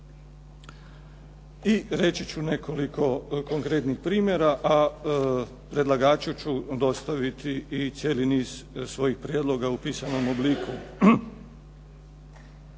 I reći ću nekoliko konkretnih primjera, a predlagaču ću dostaviti i cijeli niz svojih prijedloga u pisanom obliku.